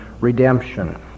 redemption